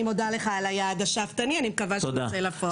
אני מודה לך על היעד השאפתני ואני מקווה שהוא יצא לפועל.